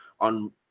on